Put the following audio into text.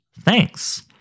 Thanks